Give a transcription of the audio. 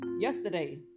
yesterday